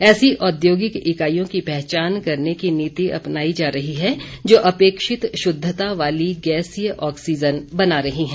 ऐसी औद्योगिक इकाइयों की पहचान करने की नीति अपनायी जा रही है जो अपेक्षित शुद्धता वाली गैसीय ऑक्सीजन बना रही हैं